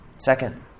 Second